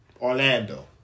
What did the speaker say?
Orlando